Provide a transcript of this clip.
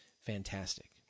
fantastic